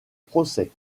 procès